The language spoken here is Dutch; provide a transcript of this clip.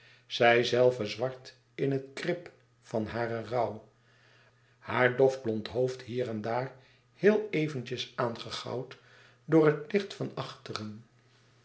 zijzelve zwart in het krip van haren rouw haar dofblond hoofd hier en daar heel eventjes aangegoud door het licht van achteren